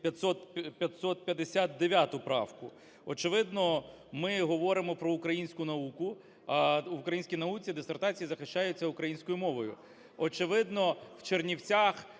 559 правку. Очевидно, ми говоримо про українську науку. В українській науці дисертації захищаються українською мовою. Очевидно, в Чернівцях